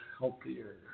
healthier